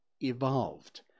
evolved